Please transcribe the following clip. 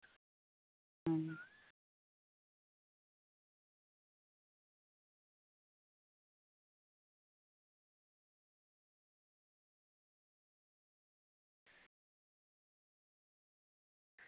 ᱦᱮᱸ